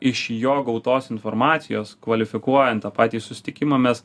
iš jo gautos informacijos kvalifikuojant tą patį susitikimą mes